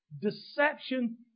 deception